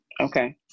Okay